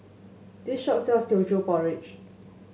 this shop sells Teochew Porridge